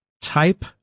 type